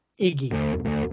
Iggy